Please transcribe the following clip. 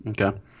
Okay